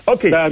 Okay